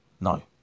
no